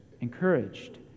encouraged